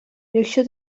якщо